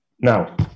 Now